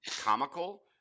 comical